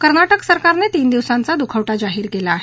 कर्नाटक सरकारनं तीन दिवसांचा दुखवटा जाहीर केला आहे